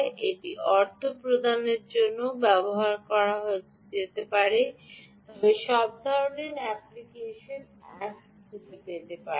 এটি অর্থ প্রদানের জন্যও ব্যবহার করা যেতে পারে সব ধরণের অ্যাপ্লিকেশন এক খুঁজে পেতে পারেন